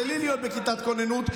בלי להיות בכיתת כוננות,